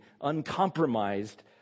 uncompromised